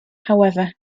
however